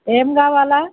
ఏం కావాలా